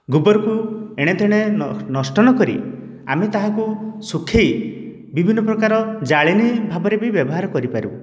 ଗୋବରକୁ ଏଣେତେଣେ ନଷ୍ଟ ନକରି ଆମେ ତାହାକୁ ଶୁଖାଇ ବିଭିନ୍ନ ପ୍ରକାର ଜାଳେଣୀ ଭାବରେ ବି ବ୍ୟବହାର କରିପାରୁ